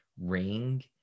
ring